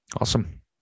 Awesome